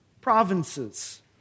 provinces